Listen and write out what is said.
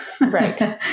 right